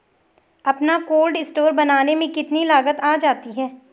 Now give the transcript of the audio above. अपना cold store बनाने में कितनी लागत आ जाती है?